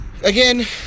again